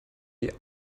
die